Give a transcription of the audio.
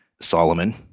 Solomon